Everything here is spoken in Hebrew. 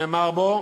נאמר בו: